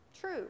True